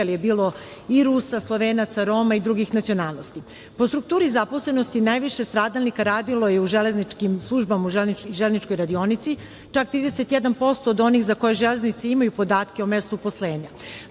ali je bilo i Rusa, Slovenaca, Roma i drugih nacionalnost. Po strukturi zaposlenosti najviše stradalnika radilo je u železničkim službama, u železničkoj radionici, čak 31% od onih za koje železnice imaju podatke o mestu uposlenja.